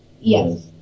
yes